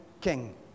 king